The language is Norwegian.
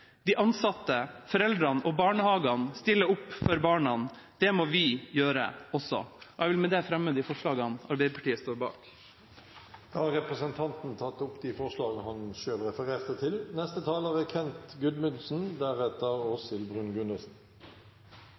De ansatte, foreldre og barnehagene stiller opp for barna. Det må vi gjøre også. Jeg vil med det fremme de forslagene Arbeiderpartiet står bak. Representanten Martin Henriksen har tatt opp de forslagene han refererte til.